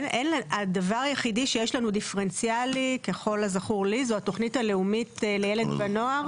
הדבר היחיד שיש דיפרנציאלי זו התוכנית הלאומית של ילד ונוער.